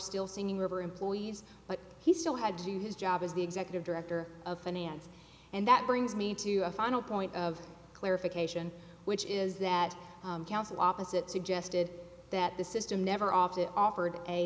still singing river employees but he still had to do his job as the executive director of finance and that brings me to a final point of clarification which is that counsel opposite suggested that the system never offered offered a